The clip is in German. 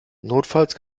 notfalls